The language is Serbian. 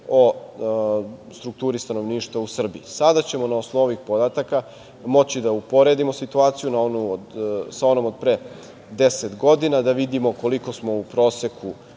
o strukturi stanovništva u Srbiji. Sada ćemo, na osnovu onih podataka moći da uporedimo situaciju sa onom od pre 10 godina, da vidimo koliko smo u proseku